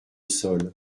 sol